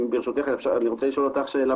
שאלה